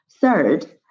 third